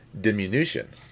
diminution